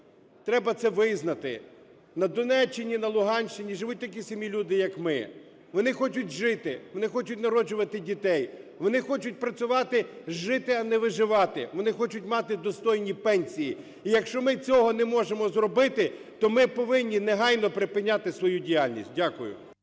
треба це визнати. На Донеччині, на Луганщині живуть такі самі люди, як ми, вони хочуть жити, вони хочуть народжувати дітей, вони хочуть працювати, жити, а не виживати, вони хочуть мати достойні пенсії. І якщо ми цього не можемо зробити, то ми повинні негайно припиняти свою діяльність. Дякую.